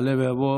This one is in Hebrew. תעלה ותבוא